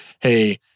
hey